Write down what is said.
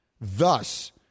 Thus